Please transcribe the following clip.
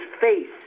face